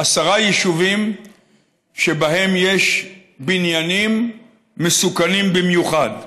עשרה יישובים שבהם יש בניינים מסוכנים במיוחד,